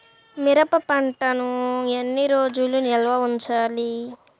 మిరప పంటను ఎన్ని రోజులు నిల్వ ఉంచాలి?